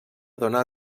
donar